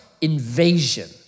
invasion